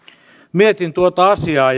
mietin tuota asiaa